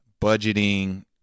budgeting